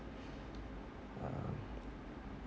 uh